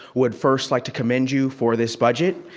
would first like to commend you for this budget.